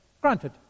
Granted